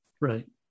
right